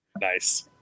Nice